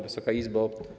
Wysoka Izbo!